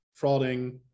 frauding